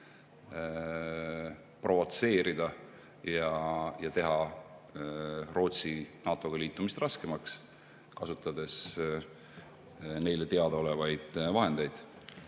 provotseerida ja teha Rootsi NATO‑ga liitumist raskemaks, kasutades neile teadaolevaid vahendeid.